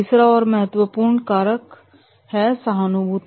तीसरा और महत्वपूर्ण कारक है सहानुभूति